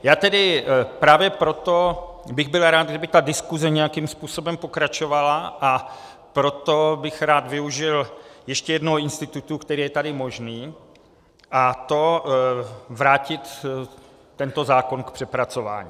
Já tedy právě proto bych byl rád, kdyby ta diskuse nějakým způsobem pokračovala, a proto bych rád využil ještě jednoho institutu, který je tady možný, a to vrátit tento zákon k přepracování.